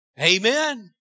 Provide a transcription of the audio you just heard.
Amen